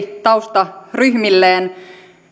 taustaryhmilleen